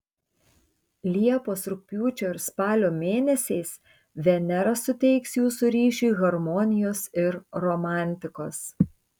liepos rugpjūčio ir spalio mėnesiais venera suteiks jūsų ryšiui harmonijos ir romantikos